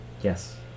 Yes